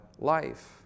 life